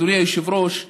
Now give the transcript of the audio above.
אדוני היושב-ראש,